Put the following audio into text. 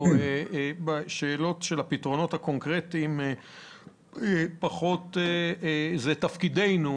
פתרונות קונקרטיים זה פחות תפקידנו.